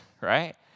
right